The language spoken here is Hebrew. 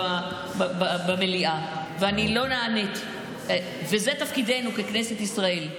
מחר אני אהיה בעמדות השיבוש ואני אצטרף למוחים,